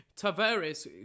Tavares